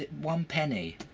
one penny.